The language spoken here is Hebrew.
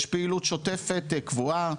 יש פעילות שוטפת קבועה,